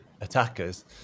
attackers